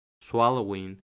swallowing